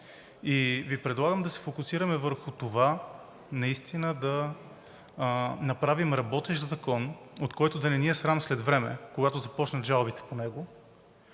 и Ви предлагам да се фокусираме върху това наистина да направим работещ закон, от който да не ни е срам след време, когато започнат жалбите по него.